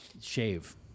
shave